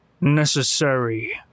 necessary